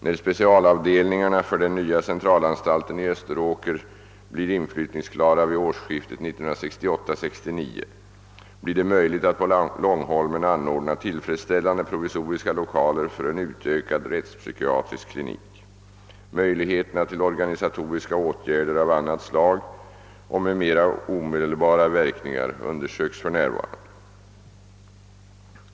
När specialavdelningarna för den nya centralanstalten i Österåker blir inflyttningsklara vid årsskiftet 1968/69, blir det möjligt att på Långholmen anordna tillfredsställande provisoriska 1okaler för en utökad rättspsykiatrisk klinik. Möjligheterna till organisatoriska åtgärder av annat slag och med mer omedelbara verkningar undersöks för närvarande.